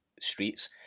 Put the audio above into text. streets